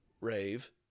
rave